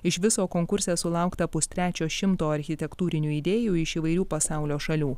iš viso konkurse sulaukta pustrečio šimto architektūrinių idėjų iš įvairių pasaulio šalių